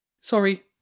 Sorry